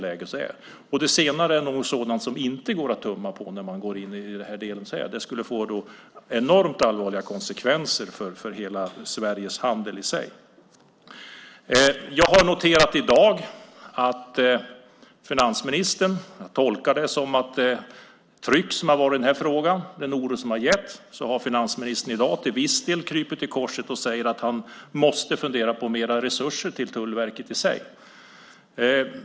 Det senare är sådant som inte går att tumma på när man går in i detta. Det skulle få enormt allvarliga konsekvenser för hela Sveriges handel. Min tolkning är att det tryck och den oro som har funnits i den här frågan har gjort att finansministern i dag till viss del har krupit till korset. Han säger nu att han måste fundera på mera resurser till Tullverket.